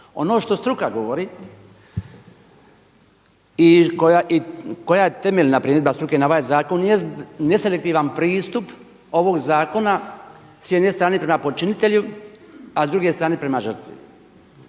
Ono što struka govori i koja je temeljna primjedba struke na ovaj zakon jest neselektivan pristup ovog zakona s jedne strane prema počinitelju, a s druge strane prema žrtvi.